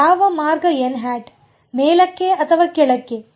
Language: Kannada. ಯಾವ ಮಾರ್ಗ ಮೇಲಕ್ಕೆ ಅಥವಾ ಕೆಳಕ್ಕೆ